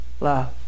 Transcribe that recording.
love